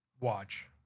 watch